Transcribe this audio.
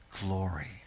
glory